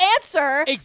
answer